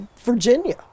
Virginia